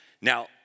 Now